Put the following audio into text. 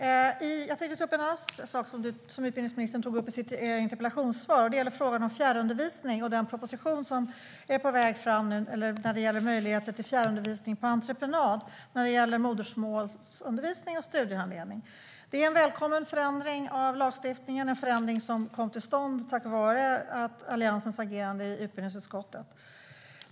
Herr talman! Jag tänkte ta upp en annan sak som utbildningsministern tog upp i sitt interpellationssvar, nämligen frågan om fjärrundervisning och den proposition som är på väg fram om möjligheten till fjärrundervisning på entreprenad när det gäller modersmålsundervisning och studiehandledning. Det är en välkommen förändring av lagstiftningen, en förändring som kom till stånd tack vare Alliansens agerande i utbildningsutskottet.